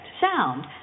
sound